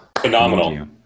Phenomenal